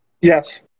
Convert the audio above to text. Yes